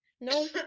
No